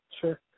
Sure